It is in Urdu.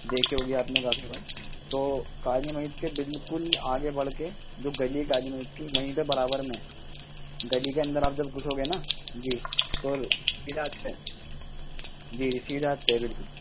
دیکھی ہوگی آپ نے کافی بار تو کالی مسجد کے بالکل آگے بڑھ کے جو گلی ہے کالی مسجد کی وہیں پہ برابر میں گلی کے اندر آپ جب گھسوگے نا جی تو سیدھے ہاتھ پہ جی جی سیدھے ہاتھ پہ ہے بالکل